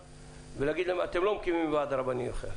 ולהגיד להם שהם לא מקימים ועד רבנים אחר,